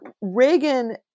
Reagan